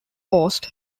post